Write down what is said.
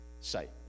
sight